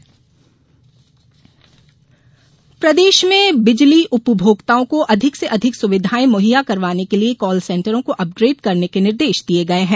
काल सेन्टर प्रदेश में बिजली उपभोक्ताओं को अधिक से अधिक सुविधाएं मुहैया करवाने के लिये काल सेन्टरों को अपग्रेड करने के निर्देश दिये गये है